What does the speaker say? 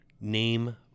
Name